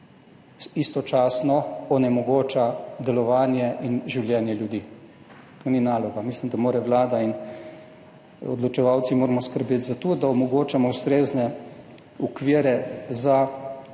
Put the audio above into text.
istočasno onemogoča delovanje in življenje ljudi. To ni njuna naloga. Mislim, da moramo Vlada in odločevalci skrbeti za to, da omogočamo ustrezne okvire za